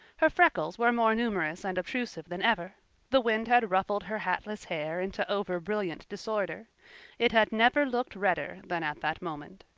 her freckles were more numerous and obtrusive than ever the wind had ruffled her hatless hair into over-brilliant disorder it had never looked redder than at that moment.